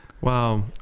Wow